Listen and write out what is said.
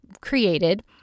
created